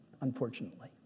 unfortunately